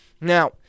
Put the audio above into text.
Now